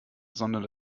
sondern